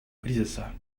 кризиса